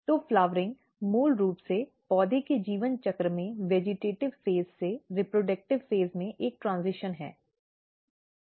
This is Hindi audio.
तो फ्लावरिंग मूल रूप से पौधे के जीवन चक्र में वेजिटेटिव़ फ़ेज़ से रीप्रडक्टिव फ़ेज़ में एक ट्रेन्ज़िशन है